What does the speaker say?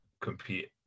compete